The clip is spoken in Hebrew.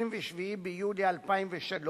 27 ביולי 2003,